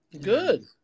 Good